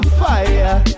fire